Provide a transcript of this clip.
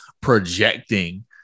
projecting